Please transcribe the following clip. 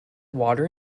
water